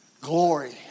glory